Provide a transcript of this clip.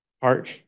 Park